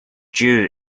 dew